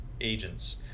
agents